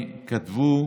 שכתבו.